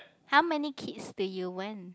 how many kids do you want